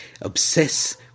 obsess